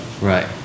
Right